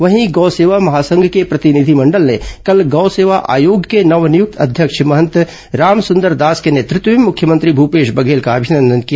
वहीं गौसेवा महासंघ के प्रतिनिधिमंडल ने कल गौसेवा आयोग के नव नियुक्त अध्यक्ष महंत रामसुंदर दास के नेतृत्व में मुख्यमंत्री भूपेश बघेल का अभिनंदन किया